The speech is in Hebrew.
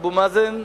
אבו מאזן,